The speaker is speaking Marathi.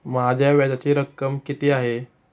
माझ्या व्याजाची रक्कम किती आहे?